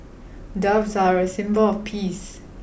doves are a symbol of peace